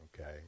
Okay